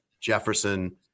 jefferson